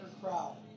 crowd